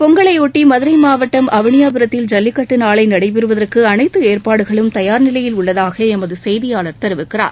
பொங்கலையொட்டி மதுரை மாவட்டம் அவனியாபுரத்தில் ஜல்லிக்கட்டு நாளை நடைபெறுவதற்கு அனைத்து ஏற்பாடுகளும் தயார் நிலையில் உள்ளதாக எமது செய்தியாளர் தெரிவிக்கிறார்